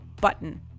button